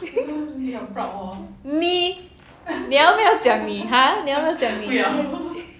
你你要不要讲你 !huh! 你要不要讲你